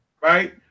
right